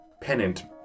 Pennant